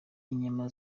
inyama